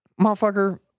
motherfucker